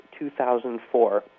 2004